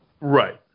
Right